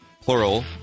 plural